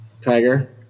Tiger